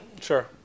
Sure